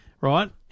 Right